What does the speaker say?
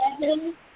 Seven